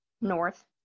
North